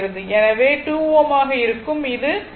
எனவே இது 2 Ω ஆக இருக்கும் இது RTheven ஆகும்